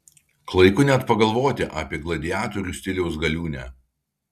klaiku net pagalvoti apie gladiatorių stiliaus galiūnę